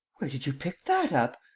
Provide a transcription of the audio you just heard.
where did you pick that up?